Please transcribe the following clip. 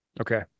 Okay